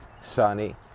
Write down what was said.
sunny